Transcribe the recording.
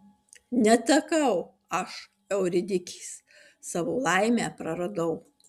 netekau aš euridikės savo laimę praradau